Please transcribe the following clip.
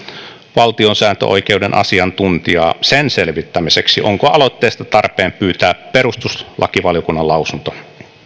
valtiosääntöoikeuden asiantuntijaa sen selvittämiseksi onko aloitteesta tarpeen pyytää perustuslakivaliokunnan lausunto